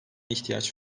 ihtiyaç